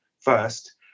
first